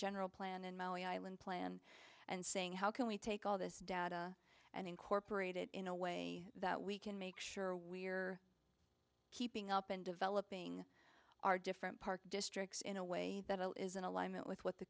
general plan and mile island plan and saying how can we take all this data and incorporated in a way that we can make sure we're keeping up and developing our different park districts in a way that all is in alignment with what the